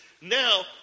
Now